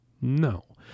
no